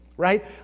Right